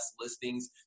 listings